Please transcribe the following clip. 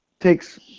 takes